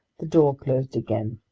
the door closed again.